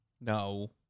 No